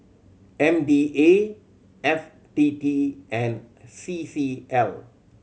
M D A F T T and C C L